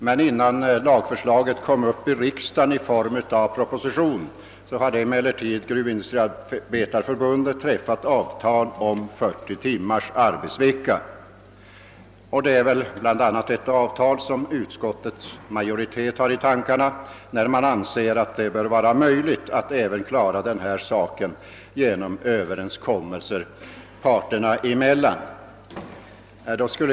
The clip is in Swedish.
Men innan lagförslaget kom upp i riksdagen i form av en proposition hade Gruvindustriarbetareförbundet träffat avtal om 40 timmars arbetsvecka. Det är väl bl.a. detta avtal som utskottets majoritet haft i tankarna när man skrivit, att det även nu bör vara möjligt att klara saken genom Ööverenskommelser parterna emellan.